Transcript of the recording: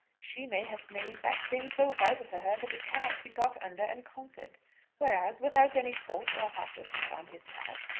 she may have made that thing so vital to her that it cannot be got under and conquered whereas, without any fault or heartlessness on his part,